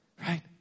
Right